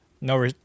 no